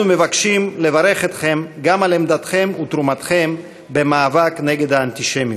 אנחנו מבקשים לברך אתכם גם על עמדתכם ותרומתכם במאבק נגד האנטישמיות.